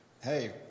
hey